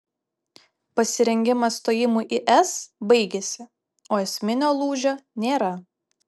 pasirengimas stojimui į es baigėsi o esminio lūžio nėra